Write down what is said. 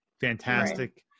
fantastic